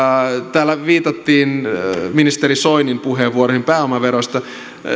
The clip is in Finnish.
täällä viitattiin ministeri soinin puheenvuoroihin pääomaveroista